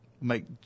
make